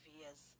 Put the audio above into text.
years